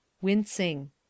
Wincing